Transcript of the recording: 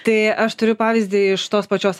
tai aš turiu pavyzdį iš tos pačios